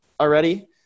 already